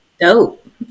Dope